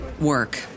work